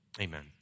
Amen